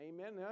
Amen